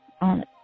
on